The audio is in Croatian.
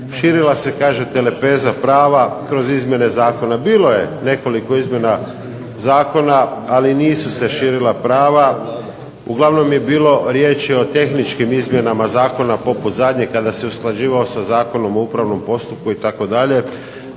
Širila se kažete lepeza prava kroz izmjene zakona. Bilo je nekoliko izmjena zakona, ali nisu se širila prava, uglavnom je bilo riječi o tehničkim izmjenama zakona poput zadnjeg kada se usklađivao sa Zakonom o upravnom postupku itd.